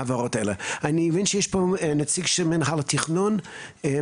ההליך התכנוני שני דיונים ברמה המחוזית --- אני